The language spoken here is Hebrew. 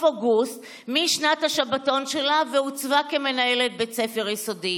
אוגוסט משנת השבתון שלה והוצבה כמנהלת בית ספר יסודי,